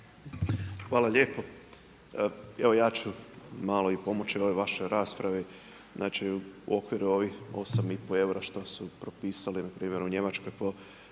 Hvala lijepo. Evo ja ću malo pomoći ovoj vašoj raspravi. Znači u okviru ovih 8,5 eura što su propisali npr. u Njemačkoj po